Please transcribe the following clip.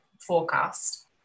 forecast